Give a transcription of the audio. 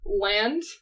land